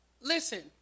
Listen